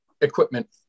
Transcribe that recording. equipment